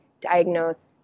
diagnose